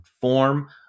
form